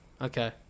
Okay